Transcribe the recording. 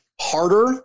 harder